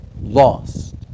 lost